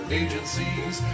agencies